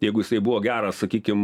jeigu jisai buvo geras sakykim